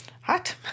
hot